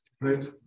right